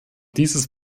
dieses